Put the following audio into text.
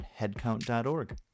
headcount.org